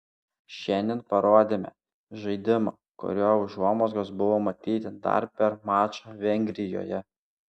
šiandien parodėme žaidimą kurio užuomazgos buvo matyti dar per mačą vengrijoje